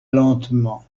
lentement